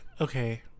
Okay